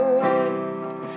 raise